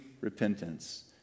repentance